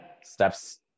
steps